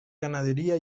ganadería